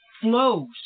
flows